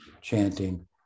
chanting